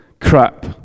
crap